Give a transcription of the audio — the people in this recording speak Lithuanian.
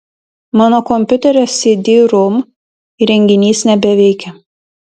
mano kompiuterio cd rom įrenginys nebeveikia